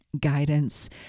guidance